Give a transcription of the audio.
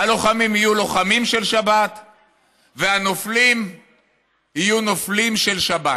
הלוחמים יהיו לוחמים של שבת והנופלים יהיו נופלים של שבת.